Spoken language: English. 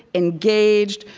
engaged,